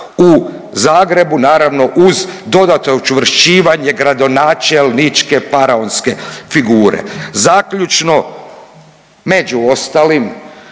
u Zagrebu, naravno, uz dodatno učvršćivanje gradonačelničke faraonske figure. Zaključno, među ostalim